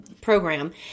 program